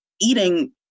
eating